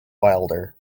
wilder